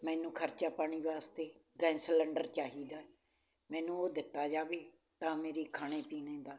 ਮੈਨੂੰ ਖਰਚਾ ਪਾਣੀ ਵਾਸਤੇ ਗੈਸ ਸਲੰਡਰ ਚਾਹੀਦਾ ਮੈਨੂੰ ਉਹ ਦਿੱਤਾ ਜਾਵੇ ਤਾਂ ਮੇਰੀ ਖਾਣੇ ਪੀਣੇ ਦਾ